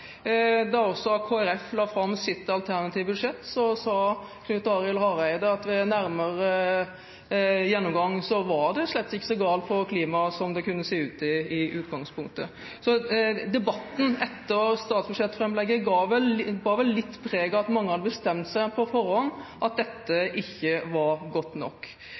Da Kristelig Folkeparti la fram sitt alternative budsjett, sa Knut Arild Hareide at ved nærmere gjennomgang var det slett ikke så galt på klima som det kunne se ut til i utgangspunktet. Debatten etter at statsbudsjettet ble lagt fram, bar vel litt preg av at mange hadde bestemt seg på forhånd for at dette ikke var godt nok.